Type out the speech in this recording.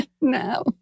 No